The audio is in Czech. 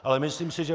Ale myslím si, že